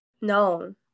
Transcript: No